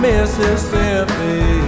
Mississippi